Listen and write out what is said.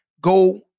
go